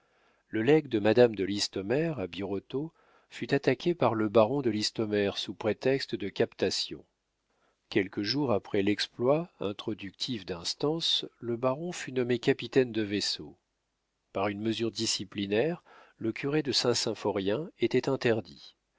le legs de madame de listomère à birotteau fut attaqué par le baron de listomère sous prétexte de captation quelques jours après l'exploit introductif d'instance le baron fut nommé capitaine de vaisseau par une mesure disciplinaire le curé de saint symphorien était interdit